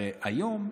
הרי היום,